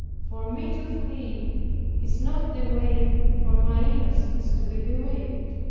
for me to flee is not the way for my innocence to be believed.